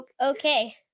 Okay